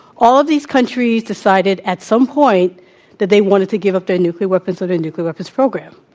all of these countries decided at some point that they wanted to give up their nuclear weapons or their nuclear weapons program.